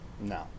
No